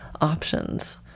options